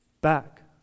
back